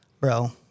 bro